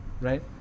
Right